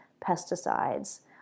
pesticides